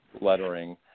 lettering